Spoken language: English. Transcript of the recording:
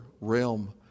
realm